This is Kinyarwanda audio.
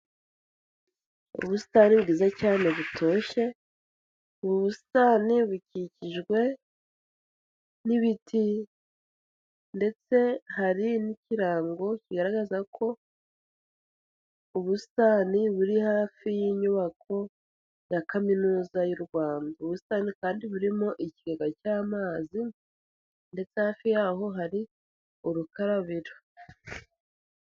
Ubusitani bwiza cyane butoshye, ubu busitani bukikijwe n'ibiti ndetse hari n'ikirango kigaragaza ko ubusitani buri hafi y'inyubako ya Kaminuza y'u Rwanda. Ubu busitani kandi burimo ikigega cy'amazi ndetse hafi yaho hari urukarabiro.